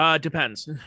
Depends